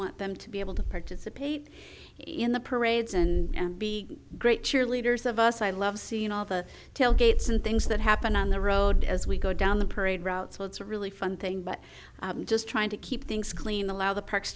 want them to be able to participate in the parades and be great cheerleaders of us i love seeing all the tailgates and things that happen on the road as we go down the parade route so it's a really fun thing but just trying to keep things clean allow the parks